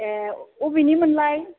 ए अबेनिमोनलाय